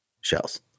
shells